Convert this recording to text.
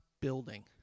building